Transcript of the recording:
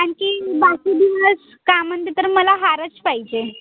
आणखी बाकी दिवस काय म्हणते तर मला हारच पाहिजे